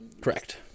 Correct